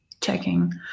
checking